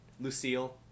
lucille